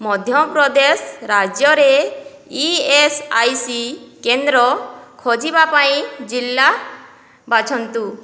ମଧ୍ୟପ୍ରଦେଶ ରାଜ୍ୟରେ E S I C କେନ୍ଦ୍ର ଖୋଜିବା ପାଇଁ ଜିଲ୍ଲା ବାଛନ୍ତୁ